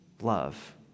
love